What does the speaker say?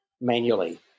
manually